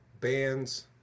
bands